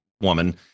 woman